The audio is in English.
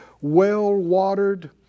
well-watered